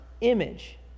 image